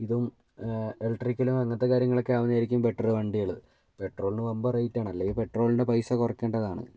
ഇതും ഇലക്ട്രിക്കലും അങ്ങനത്തെ കാര്യങ്ങളൊക്കെ ആവുന്നതായിരിക്കും ബെറ്ററ് വണ്ടികള് പെട്രോളിന് വമ്പൻ റേറ്റ് ആണല്ലേ പെട്രോളിൻ്റെ പൈസ കുറക്കേണ്ടതാണ്